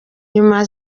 nyuma